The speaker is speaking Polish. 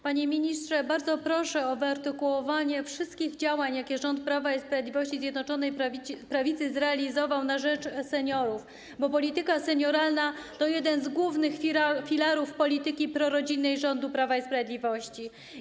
Panie ministrze, bardzo proszę o wyartykułowanie wszystkich działań, jakie rząd Prawa i Sprawiedliwości, Zjednoczonej Prawicy zrealizował na rzecz seniorów, bo polityka senioralna to jeden z głównych filarów polityki prorodzinnej rządu Prawa i Sprawiedliwości.